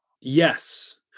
Yes